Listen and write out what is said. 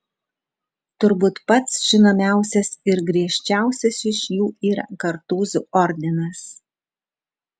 turbūt pats žinomiausias ir griežčiausias iš jų yra kartūzų ordinas